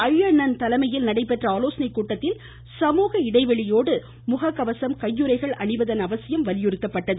அய்யன்னன் தலைமையில் நடைபெற்ற ஆலோசனைக்கூட்டத்தில் சமூக இடைவெளியோடு முக கவசம் கையுறைகள் அணிவதன் அவசியம் வலியுறுத்தப்பட்டது